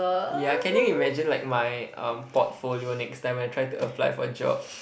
yeah can you imagine like my um portfolio next time when I try to apply for a job